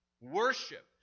Worship